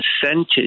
percentage